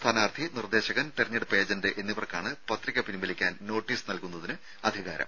സ്ഥാനാർത്ഥി നിർദ്ദേശകൻ തെരഞ്ഞെടുപ്പ് ഏജന്റ് എന്നിവർക്കാണ് പത്രിക പിൻവലിക്കാൻ നോട്ടീസ് നൽകുന്നതിന് അധികാരം